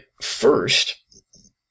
first